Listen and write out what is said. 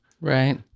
Right